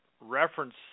reference